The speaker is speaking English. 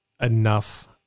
enough